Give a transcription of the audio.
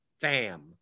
fam